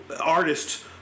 artists